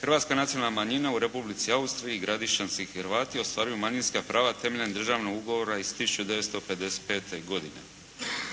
Hrvatska nacionalna manjina u Republici Austriji, gradišćanski Hrvati ostvaruju manjinska prava temeljem državnog ugovora iz 1955. godine.